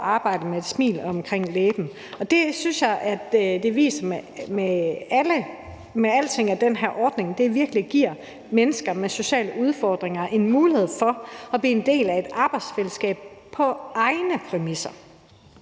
arbejde med et smil omkring munden. Det synes jeg med al tydelighed viser, at den her ordning virkelig giver mennesker med sociale udfordringer en mulighed for at blive en del af et arbejdsfællesskab på egne præmisser.